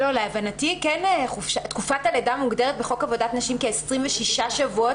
להבנתי תקופת הלידה מוגדרת בחוק עבודת נשים כ-26 שבועות,